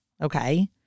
Okay